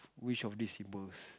which of these symbols